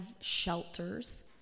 shelters